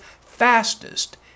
fastest